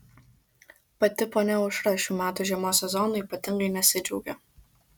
pati ponia aušra šių metų žiemos sezonu ypatingai nesidžiaugia